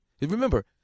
Remember